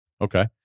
Okay